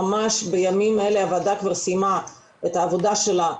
ממש בימים אלה הוועדה כבר סיימה את העבודה שלה,